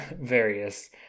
various